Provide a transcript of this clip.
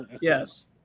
Yes